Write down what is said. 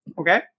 okay